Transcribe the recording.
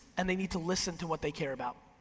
and they need to listen to what they care about.